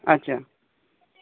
আচ্ছা